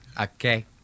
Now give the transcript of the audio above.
Okay